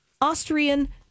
Austrian